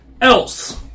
else